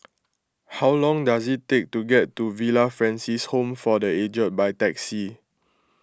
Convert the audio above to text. how long does it take to get to Villa Francis Home for the Aged by taxi